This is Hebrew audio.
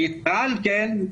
ויתר על כן,